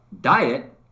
diet